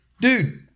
dude